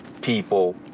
people